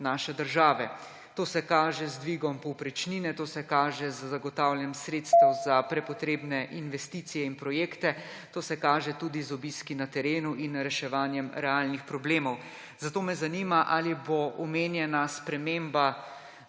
naše države. To se kaže z dvigom povprečnine, to se kaže z zagotavljanjem sredstev za prepotrebne investicije in projekte, to se kaže tudi z obiski na terenu in reševanjem realnih problemov. Zato me zanima: Ali bo omenjena sprememba